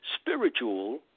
spiritual